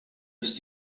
ist